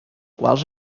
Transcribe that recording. quals